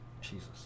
Jesus